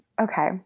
Okay